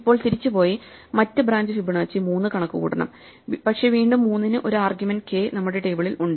ഇപ്പോൾ തിരിച്ചുപോയി മറ്റ് ബ്രാഞ്ച് ഫിബൊനാച്ചി 3 കണക്കുകൂട്ടണം പക്ഷേ വീണ്ടും 3 ന് ഒരു ആർഗ്യുമെന്റ് കെ നമ്മുടെ ടേബിളിൽ ഉണ്ട്